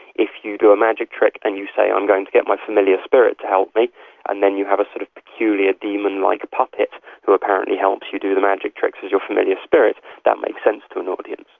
if you do a magic trick and you say, i'm going to get my familiar spirit to help me and then you have a sort of peculiar demon-like puppet who apparently helps you do the magic tricks as your familiar spirit, that makes sense to an audience.